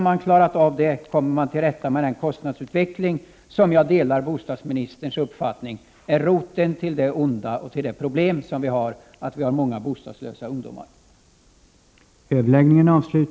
Man kommer inte till rätta med den kostnadsutveckling som enligt bostadsministerns uppfattning, vilken jag delar, är roten till det onda och till de problem som finns med många bostadslösa ungdomar, förrän man klarat av detta.